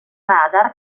radar